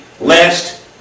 lest